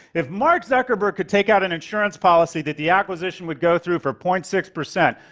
if mark zuckerberg could take out an insurance policy that the acquisition would go through for point six percent,